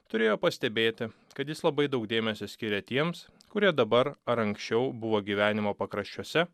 turėjo pastebėti kad jis labai daug dėmesio skiria tiems kurie dabar ar anksčiau buvo gyvenimo pakraščiuose